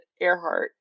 Earhart